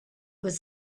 was